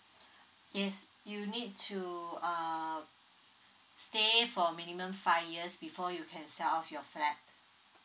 yes you need to uh stay for minimum five years before you can sell off your flat